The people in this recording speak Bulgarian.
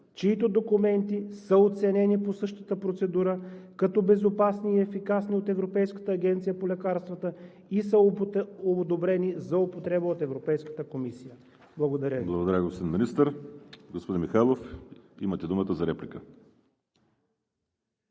чийто документи са оценени по същата процедура като безопасни и ефикасни от Европейската агенция по лекарствата и са одобрени за употреба от Европейската комисия. Благодаря Ви. ПРЕДСЕДАТЕЛ ВАЛЕРИ СИМЕОНОВ: Благодаря, господин Министър. Господин Михайлов, имате думата за реплика.